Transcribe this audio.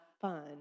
fun